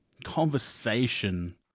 Conversation